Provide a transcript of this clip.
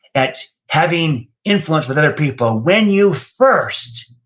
at having influence with other people when you first